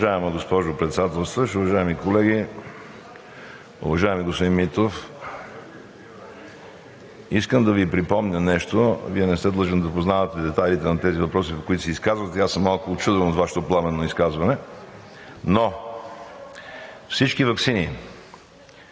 Уважаема госпожо Председател, уважаеми колеги! Уважаеми господин Митов, искам да Ви припомня нещо. Вие не сте длъжен да познавате детайлите на тези въпроси, по които се изказвате, и аз съм малко учуден от Вашето пламенно изказване. Всички ваксини